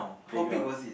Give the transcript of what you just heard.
playground